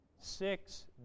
Six